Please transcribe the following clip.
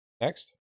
Next